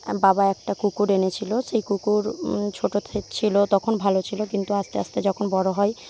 বাবা একটা কুকুর এনেছিল সেই কুকুর ছোটো থে ছিল তখন ভালো ছিল কিন্তু আস্তে আস্তে যখন বড়ো হয়